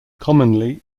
commonly